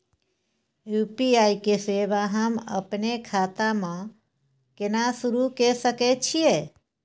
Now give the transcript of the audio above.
UPI के सेवा हम अपने खाता म केना सुरू के सके छियै?